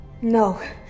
No